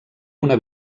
una